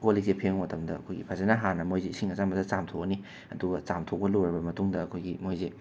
call ꯂꯤꯛꯁꯦ ꯐꯦꯡꯕ ꯃꯇꯝꯗ ꯑꯩꯈꯣꯏꯒꯤ ꯐꯖꯅ ꯍꯥꯟꯅ ꯃꯣꯏꯁꯦ ꯏꯁꯤꯡ ꯑꯆꯝꯕꯗ ꯍꯥꯟꯅ ꯆꯥꯝꯊꯣꯛꯑꯅꯤ ꯑꯗꯨꯒ ꯆꯥꯝꯊꯣꯛꯄ ꯂꯣꯏꯔꯕ ꯃꯇꯨꯡꯗ ꯑꯩꯈꯣꯏꯒꯤ ꯃꯣꯏꯁꯦ